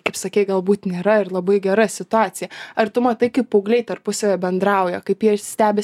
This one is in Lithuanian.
kaip sakei galbūt nėra ir labai gera situacija ar tu matai kaip paaugliai tarpusavyje bendrauja kaip jie stebis